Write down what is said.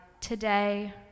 today